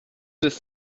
des